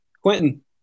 Quentin